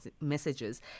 messages